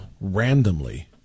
randomly